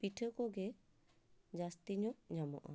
ᱯᱤᱴᱷᱟᱹ ᱠᱚᱜᱮ ᱡᱟᱹᱥᱛᱤ ᱧᱚᱜ ᱧᱟᱢᱚᱜᱼᱟ